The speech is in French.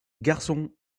garçon